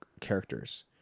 characters